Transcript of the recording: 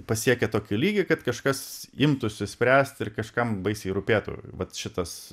pasiekę tokio lygio kad kažkas imtųsi spręsti ir kažkam baisiai rūpėtų vat šitas